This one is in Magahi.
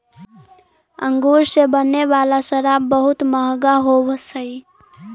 अंगूर से बने वाला शराब बहुत मँहगा होवऽ हइ